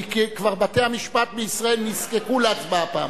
כי בתי-המשפט בישראל נזקקו להצבעה פעמיים.